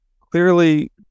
Clearly